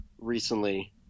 recently